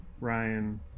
ryan